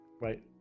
right